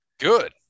Good